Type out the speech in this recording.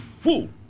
fool